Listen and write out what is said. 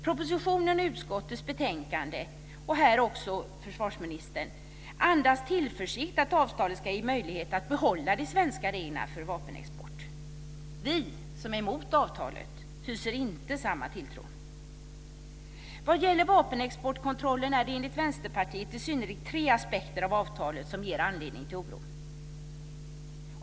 Propositionen och utskottets betänkande, och här också försvarsministern, andas tillförsikt att avtalet ska ge möjlighet att behålla de svenska reglerna för vapenexport. Vi som är emot avtalet hyser inte samma tilltro. Vad gäller vapenexportkontrollen är det enligt Vänsterpartiet i synnerhet tre aspekter av avtalet som ger anledning till oro.